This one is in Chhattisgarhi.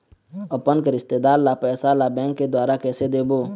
अपन के रिश्तेदार ला पैसा ला बैंक के द्वारा कैसे देबो?